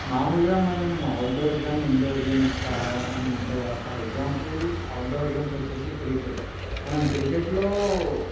మామూలుగా మనము అవుట్డోర్స్ కానీ ఇన్డోర్స్ గేమ్స్ కావాలని ఉంటాయి కదా ఫర్ ఎగ్జాంపుల్ అవుట్డోర్ గేమ్స్ వచ్చేసి క్రికెట్ మనం క్రికెట్లో